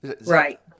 Right